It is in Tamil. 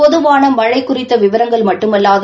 பொதுவான மழை குறித்த விவரங்கள் மட்டுமல்லாது